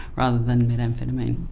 rather than methamphetamine.